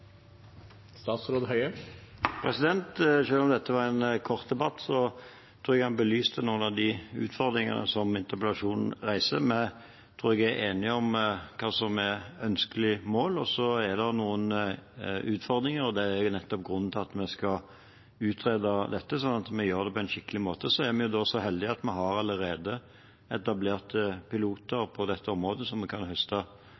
om dette var en kort debatt, tror jeg den belyste noen av de utfordringene som interpellasjonen reiser. Jeg tror vi er enige om hva som er ønskelige mål. Så er det noen utfordringer, og det er nettopp grunnen til at vi skal utrede dette, sånn at vi gjør det på en skikkelig måte. Vi er så heldige at vi allerede har etablert piloter på dette området som vi kan høste